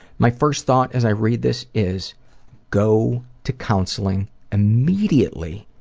my first thought as i read this is go to counseling immediately,